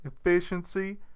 efficiency